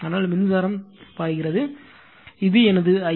ஆனால் மின்சாரம் பாய்கிறது இது எனது ஐ